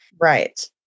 Right